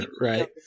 Right